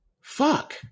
Fuck